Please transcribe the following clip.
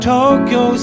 Tokyo